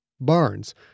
Barnes